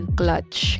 clutch